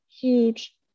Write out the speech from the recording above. huge